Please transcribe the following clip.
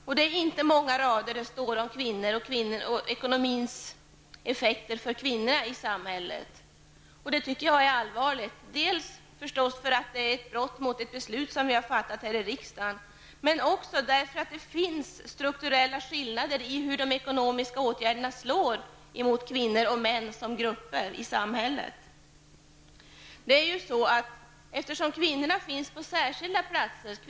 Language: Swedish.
Och där finns inte många rader om kvinnor och ekonomins effekter för kvinnorna i samhället. Jag tycker att det är allvarligt, dels därför att det är ett brott mot ett beslut vi har fattat här i riksdagen, dels därför att det finns strukturella skillnader i hur de ekonomiska åtgärderna slår emot kvinnor och män som grupper i samhället. Kvinnorna finns på särskilda platser i samhället.